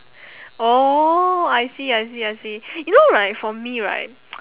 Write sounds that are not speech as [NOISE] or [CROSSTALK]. oh I see I see I see you know right for me right [NOISE]